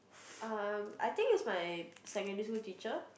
uh I think it's my secondary school teacher